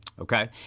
Okay